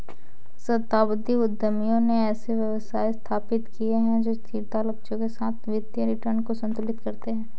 सहस्राब्दी उद्यमियों ने ऐसे व्यवसाय स्थापित किए जो स्थिरता लक्ष्यों के साथ वित्तीय रिटर्न को संतुलित करते हैं